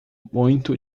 muito